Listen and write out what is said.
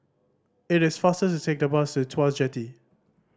it is faster to take the bus to Tuas Jetty